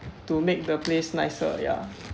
to make the place nicer ya